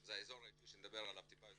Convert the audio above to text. זה האזור האישי שנדבר עליו טיפה יותר